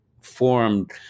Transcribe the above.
formed